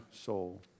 soul